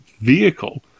vehicle